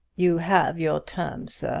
you have your terms, sir,